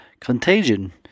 Contagion